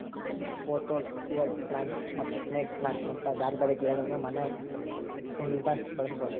pothos, air plants ಮತ್ತ snake plant ನಂತ ಬ್ಯಾರ್ಬ್ಯಾರೇ ಗಿಡಗಳನ್ನ ಮನ್ಯಾಗ ಕುಂಡ್ಲ್ದಾಗ ಬೆಳಸಬೋದು